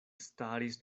staris